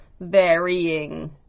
varying